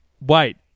Wait